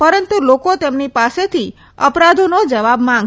પરંતુ લોકો તેમની પાસેથી અપરાધોનો જવાબ માંગશે